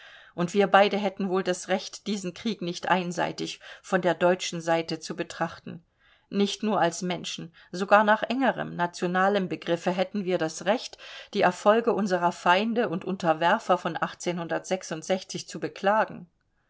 und wir beide hätten wohl das recht diesen krieg nicht einseitig von der deutschen seite zu betrachten nicht nur als menschen sogar nach engerem nationalem begriffe hätten wir das recht die erfolge unserer feinde und unterwerfer von zu beklagen